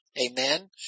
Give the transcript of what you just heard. Amen